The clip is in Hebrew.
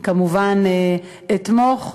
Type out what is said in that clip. כמובן אתמוך בכל,